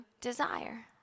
desire